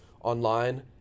online